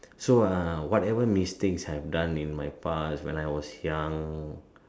so uh whatever mistakes I've done in my past when I was young